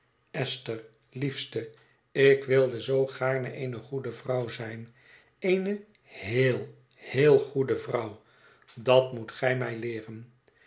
esther liefste ik wilde zoo gaarne eene goede vrouw zijn eene heel heel goede vrouw dat moet gij mij leéren